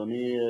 אדוני.